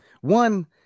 one